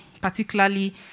particularly